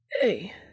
Hey